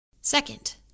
Second